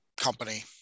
company